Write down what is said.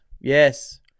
yes